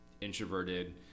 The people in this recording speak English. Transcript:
introverted